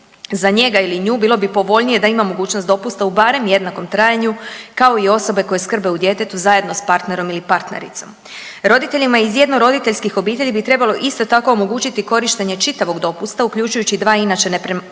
za njega ili nju bilo bi povoljnije da ima mogućnost dopusta u barem jednakom trajanju kao i osobe koje skrbe o djetetu zajedno s partnerom ili partnericom. Roditeljima iz jednoroditeljskih obitelji bi trebalo isto tako omogućiti korištenje čitavog dopusta uključujući dva inače neprenosiva